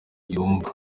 yumva